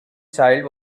child